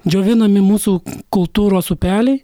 džiovinami mūsų kultūros upeliai